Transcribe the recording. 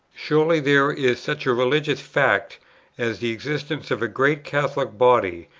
surely there is such a religious fact as the existence of a great catholic body,